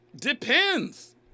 depends